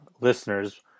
listeners